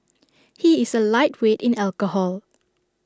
he is A lightweight in alcohol